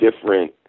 different